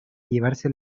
llevarse